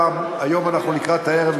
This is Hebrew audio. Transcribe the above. היום אנחנו עושים פה בארץ,